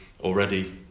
already